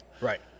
Right